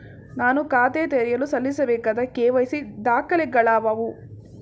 ನಾನು ಖಾತೆ ತೆರೆಯಲು ಸಲ್ಲಿಸಬೇಕಾದ ಕೆ.ವೈ.ಸಿ ದಾಖಲೆಗಳಾವವು?